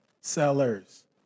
sellers